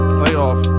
playoff